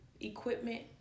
equipment